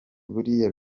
buriya